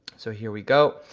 so here we go.